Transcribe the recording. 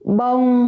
bông